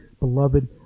Beloved